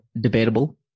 debatable